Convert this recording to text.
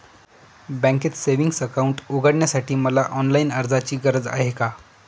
बँकेत savings account उघडण्यासाठी मला ऑनलाईन अर्जाची गरज आहे का?